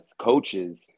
coaches